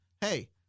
hey